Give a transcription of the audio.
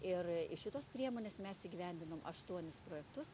ir iš šitos priemonės mes įgyvendinom aštuonis projektus